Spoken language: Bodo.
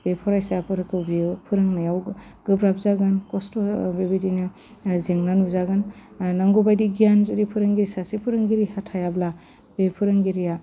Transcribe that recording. बे फरायसाफोरखौ बियो फोरोंनायाव गोब्राब जागोन खस्ट' बेबायदिनो जेंना नुजागोन ओह नांगौ बायदि गियान जुदि फोरोंगिरि सासे फोरोंगिरिहा थायाब्ला बे फोरोंगिरिया